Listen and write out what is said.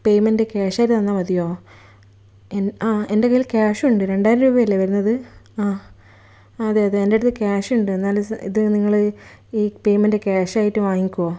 payment cash ആയിട്ട് തന്നാൽ മതിയോ ആ എൻ്റെ കയ്യിൽ കാഷ് ഉണ്ട് രണ്ടായിരം രൂപയല്ലേ വരുന്നത് ആ ആ അതേ അതേ എൻ്റെടുത്ത് കാഷ് ഉണ്ട് എന്നാൽ ഇത് നിങ്ങൾ ഈ പേയ്മെൻ്റ് കാഷ് ആയിട്ട് വാങ്ങിക്കുമോ